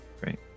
great